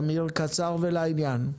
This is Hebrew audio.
קצר ולעניין.